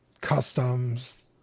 customs